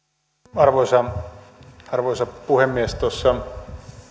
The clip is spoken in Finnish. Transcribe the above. arvoisa arvoisa puhemies tuossa